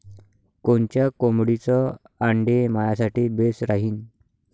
कोनच्या कोंबडीचं आंडे मायासाठी बेस राहीन?